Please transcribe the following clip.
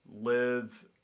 live